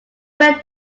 went